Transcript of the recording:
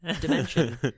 dimension